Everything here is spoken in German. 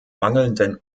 mangelnden